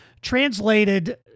translated